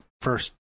first